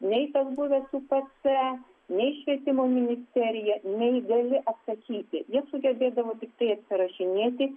nei tas buvęs upce nei švietimo ministerija neįgali atsakyti jie sugebėdavo tiktai įrašinėti